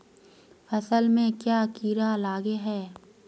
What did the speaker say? फसल में क्याँ कीड़ा लागे है?